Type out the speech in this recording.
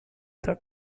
the